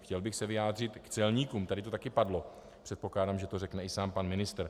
Chtěl bych se vyjádřit k celníkům, tady to taky padlo, předpokládám, že to řekne i sám pan ministr.